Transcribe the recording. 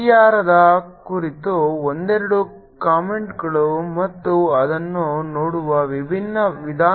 ಪರಿಹಾರದ ಕುರಿತು ಒಂದೆರಡು ಕಾಮೆಂಟ್ಗಳು ಮತ್ತು ಅದನ್ನು ನೋಡುವ ವಿಭಿನ್ನ ವಿಧಾನ